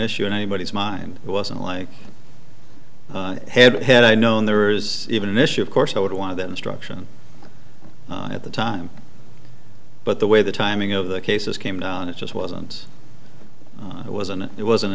issue in anybody's mind it wasn't like had it had i known there is even an issue of course i would want that instruction at the time but the way the timing of the cases came down it just wasn't it wasn't it wasn't